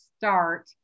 start